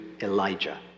Elijah